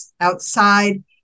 outside